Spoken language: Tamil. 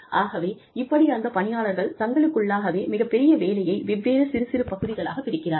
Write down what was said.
ஆகவே இப்படி அந்த பணியாளர்கள் தங்களுக்குள்ளாகவே மிகப்பெரிய வேலையை வெவ்வேறு சிறு சிறு பகுதிகளாகப் பிரிக்கிறார்கள்